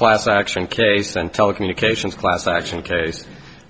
class action case and telecommunications class action case